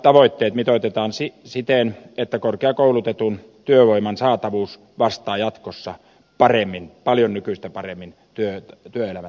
tutkintatavoitteet mitoitetaan siten että korkeakoulutetun työvoiman saatavuus vastaa jatkossa paremmin paljon nykyistä paremmin työelämän tarpeita